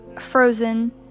frozen